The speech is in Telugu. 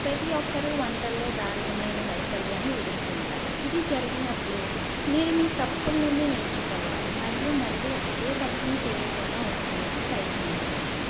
ప్రతి ఒక్కరు వంటల్లో దారుణమైన వైఫల్యాన్ని ఎదురుకుంటారు ఇది జరిగినప్పుడు మీరు మీ తప్పుల్నుండి నేర్చుకోవాలి మరియు మళ్ళీ అదే తప్పును చేయకుండా ఉండడానికి ప్రయత్నించాలి